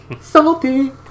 Salty